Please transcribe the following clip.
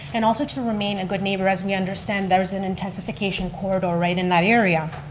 and also to remain a good neighbor, as we understand there's an intensification corridor right in that area.